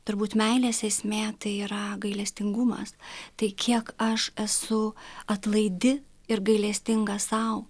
turbūt meilės esmė tai yra gailestingumas tai kiek aš esu atlaidi ir gailestinga sau